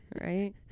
right